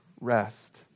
rest